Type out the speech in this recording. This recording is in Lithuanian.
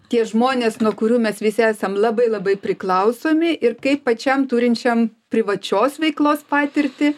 tie žmonės nuo kurių mes visi esam labai labai priklausomi ir kaip pačiam turinčiam privačios veiklos patirtį